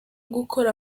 gukora